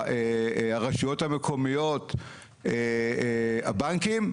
הרשויות המקומיות, הבנקים.